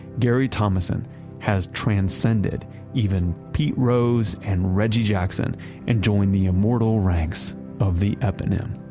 gary thomasson has transcended even pete rose, and reggie jackson and joined the immortal ranks of the eponym,